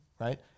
right